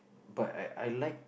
but I I like